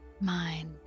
mind